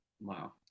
Wow